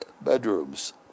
bedrooms